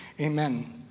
Amen